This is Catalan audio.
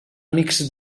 amics